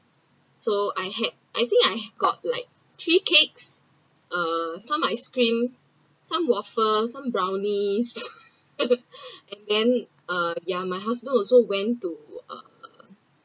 so I had I think I got like three cakes uh some ice cream some waffle some brownies and then uh ya my husband also went to uh